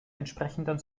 entsprechenden